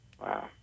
Wow